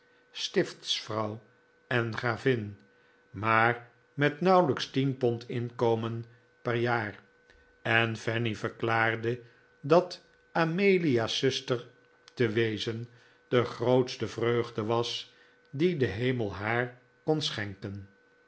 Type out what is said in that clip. stiftsvrouw en gravin maar met nauwelijks tien pond inkomen per jaar en fanny verklaarde dat amelia's zuster te wezen de grootste vreugde was die de hemel haar kon schenken